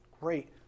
Great